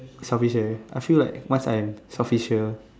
selfish eh I feel like once I selfish here